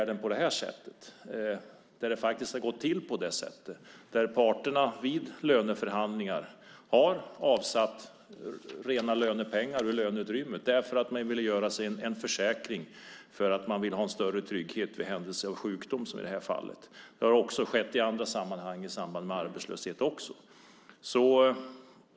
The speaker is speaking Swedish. Det här har gått till på det sättet att parterna vid löneförhandlingar har avsatt rena lönepengar från löneutrymmet för att man har velat göra sig en försäkring för att ha en större trygghet vid händelse av sjukdom som i det här fallet. Det har också skett i andra sammanhang i samband med arbetslöshet också.